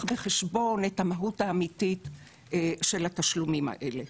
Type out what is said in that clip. בחשבון את המהות האמיתית של התשלומים האלה.